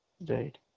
Right